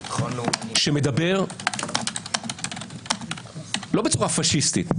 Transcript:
שמדבר לא בצורה פשיסטית,